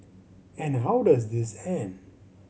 and how does this end